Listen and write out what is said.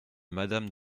madame